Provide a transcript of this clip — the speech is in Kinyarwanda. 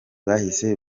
bahise